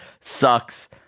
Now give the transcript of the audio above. sucks